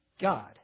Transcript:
god